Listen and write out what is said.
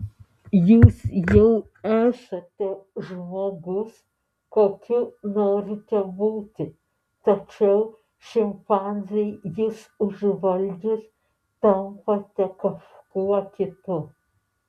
jūs jau esate žmogus kokiu norite būti tačiau šimpanzei jus užvaldžius tampate kažkuo kitu